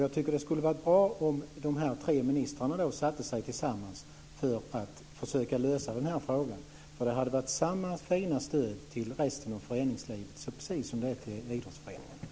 Jag tycker att det skulle vara bra om de här tre ministrarna satte sig tillsammans för att försöka lösa denna fråga. Detta skulle ju vara samma fina stöd till resten av föreningslivet som det är till idrottsföreningarna.